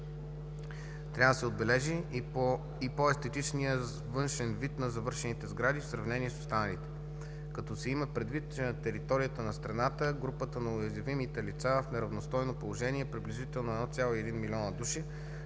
Трябва да се отбележи и по-естетичният външен вид на завършените сгради в сравнение с останалите. Като се има предвид, че на територията на страната групата на уязвимите лица в неравностойно положение е приблизително 1,1 млн. души,